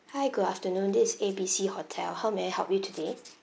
hi good afternoon this is A B C hotel how may I help you today